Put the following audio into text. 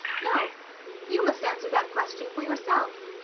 no you must answer that question for yourself.